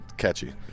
Catchy